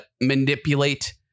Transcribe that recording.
manipulate